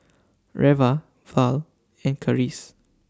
Reva Val and Charisse